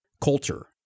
culture